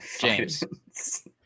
James